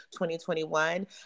2021